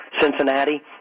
Cincinnati